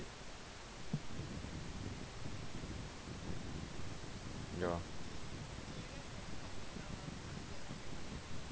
ya